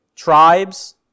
Tribes